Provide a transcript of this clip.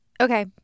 Okay